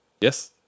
yes